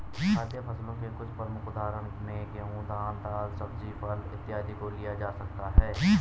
खाद्य फसलों के कुछ प्रमुख उदाहरणों में गेहूं, धान, दाल, सब्जी, फल इत्यादि को लिया जा सकता है